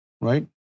right